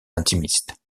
intimiste